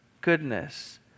goodness